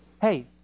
hey